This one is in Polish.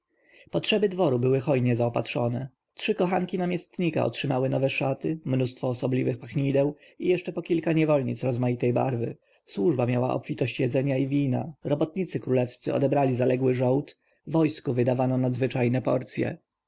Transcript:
potrzeby dworu były hojnie zaopatrzone trzy kochanki namiestnika otrzymały nowe szaty mnóstwo pachnideł i po kilka niewolnic rozmaitej barwy służba miała obfitość jedzenia i wina robotnicy królewscy odebrali zaległy żołd wojsku wydawano nadzwyczajne porcje